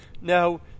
Now